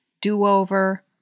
Do-Over